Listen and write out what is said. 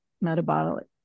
metabolic